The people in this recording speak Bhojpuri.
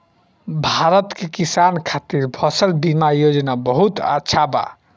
भारत के किसान खातिर फसल बीमा योजना बहुत अच्छा बा